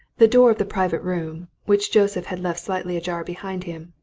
the door of the private room, which joseph had left slightly ajar behind him,